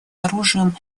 оружием